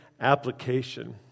application